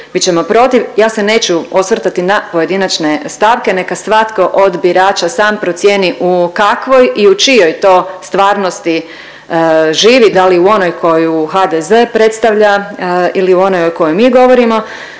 ja se neću osvrtati na pojedinačne stavke, neka svatko od birača sam procijeni u kakvoj i u čijoj to stvarnosti živi, da li u onoj koju HDZ predstavlja ili u onoj o kojoj mi govorimo,